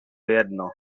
jedno